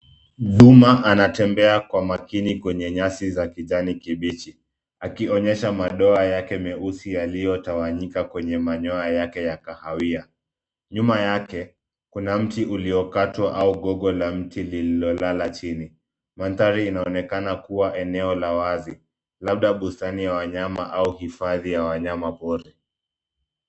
Duma anatembea kwa makini kwenye nyasi za kijani kibichi, akionyesha madoa yake meusi yaliyotawanyika kwenye manyoa yake ya kahawia. Nyuma yake kuna mti uliokatwa au gogo la mti lililolala chini. Mandhari inaonekana kuwa ya eneo la wazi. Labda bustani ya wanyama au hifadhi ya wanyama pori.